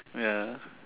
ya